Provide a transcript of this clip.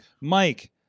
Mike